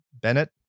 Bennett